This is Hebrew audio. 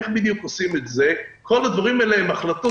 איך בדיוק עושים את זה כל הדברים האלה הם החלטות